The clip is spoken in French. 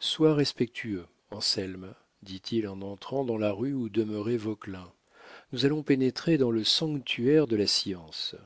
sois respectueux anselme dit-il en entrant dans la rue où demeurait vauquelin nous allons pénétrer dans le sanctuaire de la science